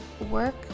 work